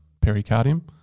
pericardium